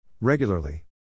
Regularly